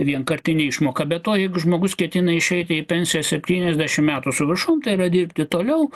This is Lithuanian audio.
vienkartinę išmoką be to jeigu žmogus ketina išeiti į pensiją septyniasdešim metų su viršum tai yra dirbti toliau